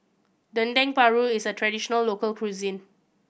Dendeng Paru is a traditional local cuisine